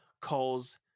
calls